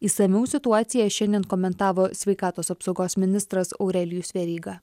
išsamiau situaciją šiandien komentavo sveikatos apsaugos ministras aurelijus veryga